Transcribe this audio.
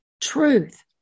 truth